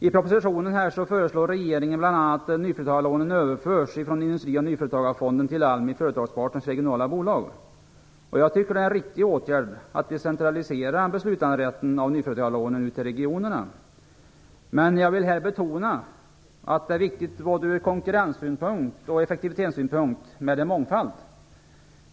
I propositionen föreslår regeringen bl.a. att nyföretagarlånen överförs från Industri och nyföretagarfonden till ALMI Företagspartners regionala bolag. Jag tycker att det är en riktig åtgärd att decentralisera beslutanderätten vad gäller nyföretagarlånen ut till regionerna, men jag vill här betona att det ur både konkurrenssynpunkt och effektivitetssynpunkt är viktigt med mångfald.